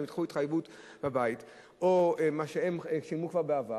הם לקחו התחייבות בבית או מה שהם שילמו כבר בעבר.